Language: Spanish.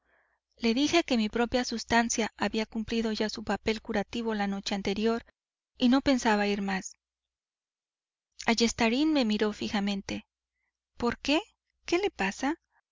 le dije que mi propia sustancia había cumplido ya su papel curativo la noche anterior y que no pensaba ir más ayestarain me miró fijamente por qué qué le pasa